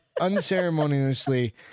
unceremoniously